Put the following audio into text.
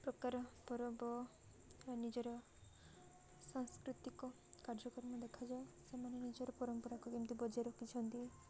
ପ୍ରକାର ପରବ ବା ନିଜର ସାଂସ୍କୃତିକ କାର୍ଯ୍ୟକ୍ରମ ଦେଖାଯାଏ ସେମାନେ ନିଜର ପରମ୍ପରାକୁ କେମିତି ବଜାୟ ରଖିଛନ୍ତି